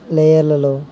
లేయర్లలో